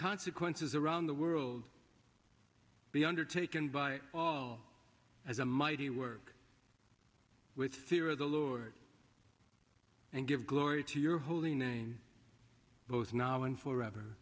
consequences around the world be undertaken by all as a mighty work with fear of the lord and give glory to your holiness both now and forever